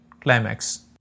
climax